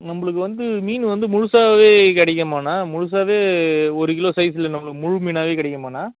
நம்பளுக்கு வந்து மீன் வந்து முழுசாகவே கிடைக்குமாண்ணா முழுசாகவே ஒரு கிலோ சைஸில் நம்மளுக்கு முழு மீனாகவே கிடைக்குமாண்ணா